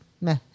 meh